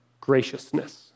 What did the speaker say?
Graciousness